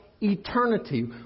eternity